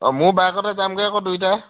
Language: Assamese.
অ' মোৰ বইকতে যামগৈ আকৌ দুইটাই